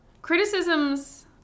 criticisms